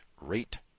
rate